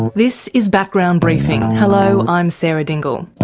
this is background briefing, hello, i'm sarah dingle.